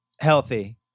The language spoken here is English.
healthy